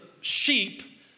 sheep